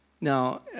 Now